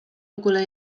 ogóle